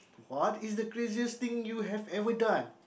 what is the craziest thing you have ever done